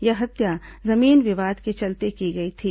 यह हत्या जमीन विवाद के चलते की गई थी